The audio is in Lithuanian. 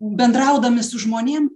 bendraudami su žmonėm